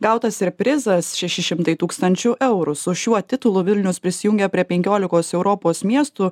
gautas ir prizas šeši šimtai tūkstančių eurų su šiuo titulu vilnius prisijungė prie penkiolikos europos miestų